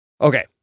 okay